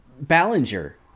Ballinger